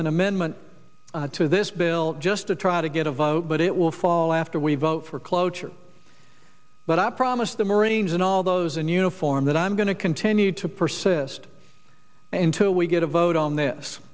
an amendment to this bill just to try to get a vote but it will fall after we vote for cloture but i promise the marines and all those in uniform that i'm going to continue to persist until we get a vote on this